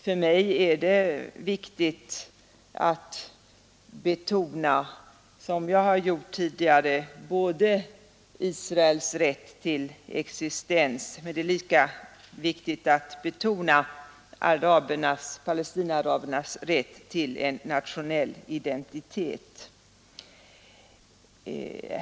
För mig är det viktigt att betona — som jag också har gjort tidigare — Israels rätt till existens, men lika viktigt är att betona Palestinaarabernas rätt till en nationell identitet.